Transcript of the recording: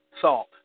salt